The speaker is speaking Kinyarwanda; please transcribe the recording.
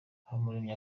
habumuremyi